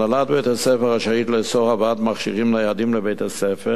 הנהלת בית-הספר רשאית לאסור הבאת מכשירים ניידים לבית-הספר